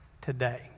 today